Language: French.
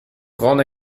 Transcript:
grande